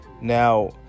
Now